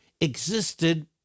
existed